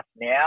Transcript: now